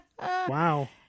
Wow